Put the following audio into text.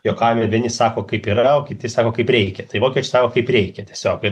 juokauja vieni sako kaip yra o kiti sako kaip reikia tai vokiečiai sako kaip reikia tiesiog ir